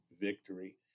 victory